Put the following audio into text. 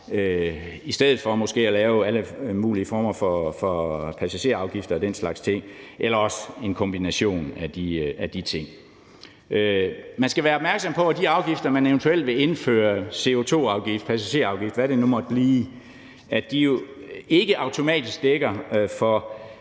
i stedet for måske at lave alle mulige former for passagerafgifter og den slags ting eller også en kombination af de ting. Man skal være opmærksom på, at de afgifter, man eventuelt vil indføre – CO2-afgift, passagerafgift, hvad det nu måtte blive – jo ikke automatisk dækker for